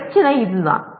பிரச்சினை இதுதான்